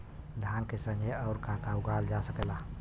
धान के संगे आऊर का का उगावल जा सकेला?